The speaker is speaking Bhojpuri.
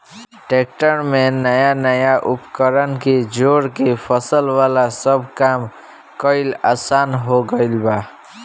ट्रेक्टर में नया नया उपकरण के जोड़ के फसल वाला सब काम कईल आसान हो गईल बा